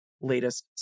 latest